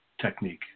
technique